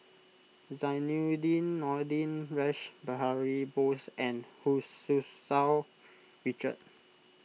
Zainudin Nordin Rash Behari Bose and Hu Tsu Tau Richard